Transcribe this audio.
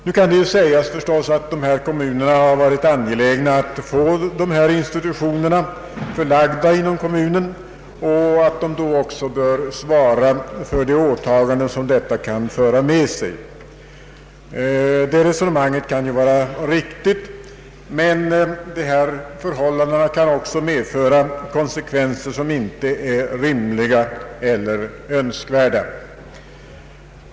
Nu kan det förstås sägas att dessa kommuner har varit angelägna att få insitutionerna förlagda inom sina gränser och att de då också bör svara för de åtaganden som detta kan föra med sig. Detta resonemang kan vara riktigt, men förhållandena kan också medföra konsekvenser som inte är rimliga eller önskvärda.